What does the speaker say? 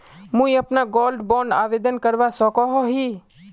मुई अपना gold bond आवेदन करवा सकोहो ही?